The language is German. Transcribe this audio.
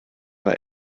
war